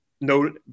no